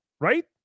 Right